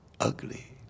ugly